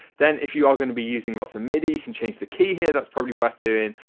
then if you are going to be using lots of midi you can change the key here that's probably worth doing.